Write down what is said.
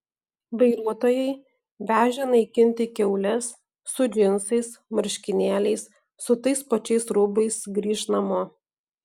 vairuotojai vežę naikinti kiaules su džinsais marškinėliais su tais pačiais rūbais grįš namo